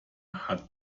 hat